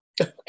Okay